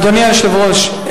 אדוני היושב-ראש,